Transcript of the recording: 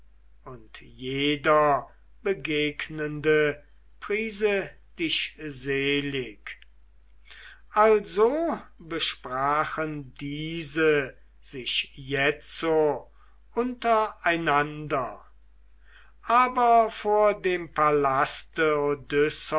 und jeder begegnende priese dich selig also besprachen diese sich jetzo untereinander aber vor dem palaste